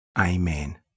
Amen